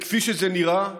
כפי שזה נראה,